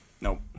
Nope